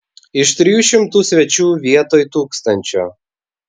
ir trijų šimtų svečių vietoj tūkstančio